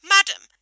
Madam